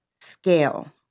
scale